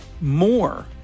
more